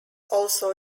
also